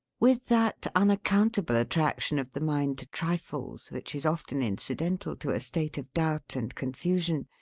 with that unaccountable attraction of the mind to trifles, which is often incidental to a state of doubt and confusion,